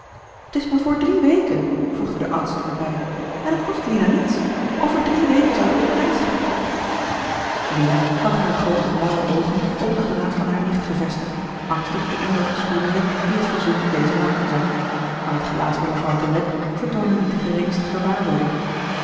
t is maar voor drie weken voegde de oudste er bij en t gerard keller het testament van mevrouw de tonnette kost lina niets over drie weken zouden we op reis gaan lina had hare groote blaauwe oogen op het gelaat van hare nicht gevestigd angstig den indruk bespiedende die het verzoek op deze maken zou maar het gelaat van mevrouw tonnette vertoonde niet de geringste gewaarwording